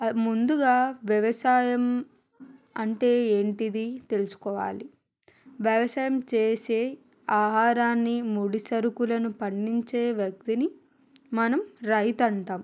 ముందుగా వ్యవసాయం అంటే ఏంటిదో తెలుసుకోవాలి వ్యవసాయం చేసే ఆహారాన్ని ముడి సరుకులను పండించే వ్యక్తిని మనం రైతు అంటాం